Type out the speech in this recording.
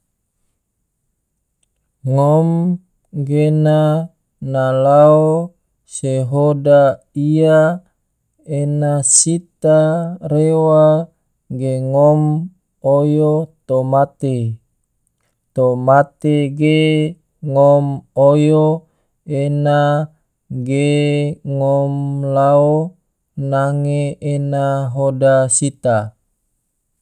Ngom gena na lao se hoda ia ena sita rewa ge ngom oyo tomate, tomate ge ngom oyo ena ge ngom lao nange ena hoda sita.